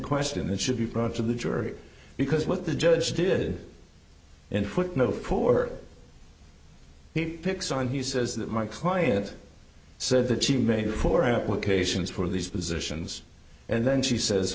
question that should be brought to the jury because what the judge did in footnote poor he picks on he says that my client said that she made poor applications for these positions and then she says